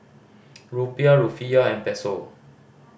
Rupiah Rufiyaa and Peso